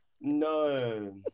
No